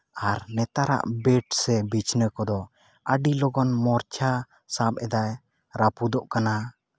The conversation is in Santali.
ᱟᱨ ᱱᱮᱛᱟᱨᱟᱜ ᱵᱮᱰ ᱥᱮ ᱵᱤᱪᱷᱱᱟᱹ ᱠᱚᱫᱚ ᱟᱹᱰᱤ ᱞᱚᱜᱚᱱ ᱢᱚᱨᱪᱷᱟ ᱥᱟᱵ ᱮᱫᱟᱭ ᱨᱟᱹᱯᱩᱫᱚᱜ ᱠᱟᱱᱟ